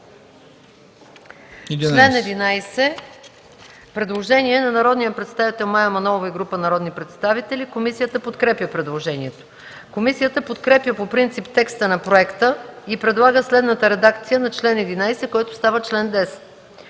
чл. 11 има предложение от народния представител Мая Манолова и група народни представители. Комисията подкрепя предложението. Комисията подкрепя по принцип текста на проекта и предлага следната редакция на чл. 11, който става чл. 10.